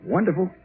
Wonderful